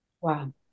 Wow